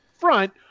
front